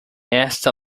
esta